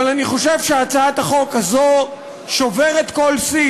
אבל אני חושב שהצעת החוק הזו שוברת כל שיא,